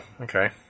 okay